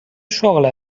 شغل